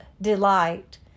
delight